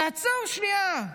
תעצור שנייה,